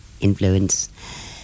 influence